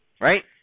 Right